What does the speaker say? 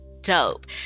dope